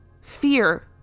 fear